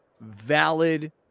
valid